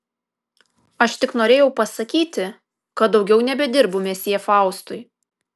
aš tik norėjau pasakyti kad daugiau nebedirbu mesjė faustui